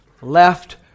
left